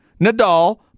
Nadal